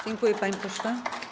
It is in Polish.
Dziękuję, panie pośle.